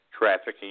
trafficking